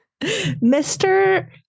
Mr